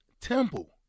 temple